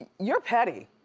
you're petty.